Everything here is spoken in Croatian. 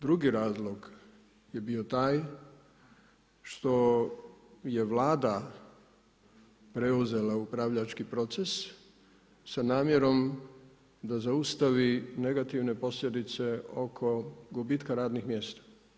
Drugi razlog je bio taj što je Vlada preuzela upravljački proces sa namjerom da zaustavi negativne posljedice oko gubitka radnih mjesta.